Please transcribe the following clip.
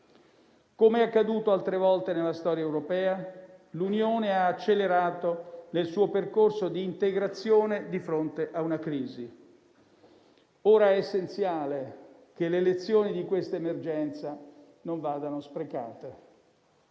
Come è accaduto altre volte nella storia europea, l'Unione ha accelerato il suo percorso di integrazione di fronte a una crisi. Ora è essenziale che le lezioni di questa emergenza non vadano sprecate;